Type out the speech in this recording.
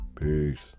Peace